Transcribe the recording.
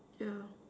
yeah